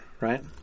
right